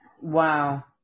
Wow